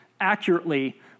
accurately